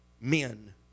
men